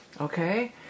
Okay